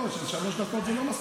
שלוש דקות זה לא מספיק.